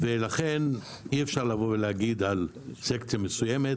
לכן אי אפשר לבוא ולהגיד על סקציה מסוימת